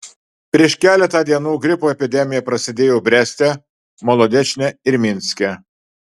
prieš keletą dienų gripo epidemija prasidėjo breste molodečne ir minske